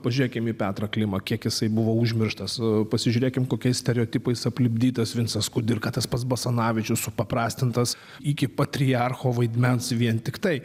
pažiūrėkim į petrą klimą kiek jisai buvo užmirštas pasižiūrėkim kokiais stereotipais aplipdytas vincas kudirka tas pats basanavičius supaprastintas iki patriarcho vaidmens vien tiktai